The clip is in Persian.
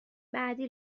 بعدی